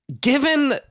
given